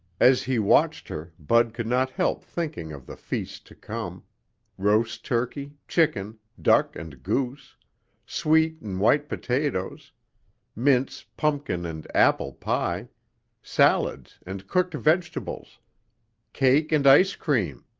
as he watched her, bud could not help thinking of the feast to come roast turkey, chicken, duck and goose sweet and white potatoes mince, pumpkin and apple pie salads and cooked vegetables cake and ice cream.